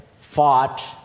fought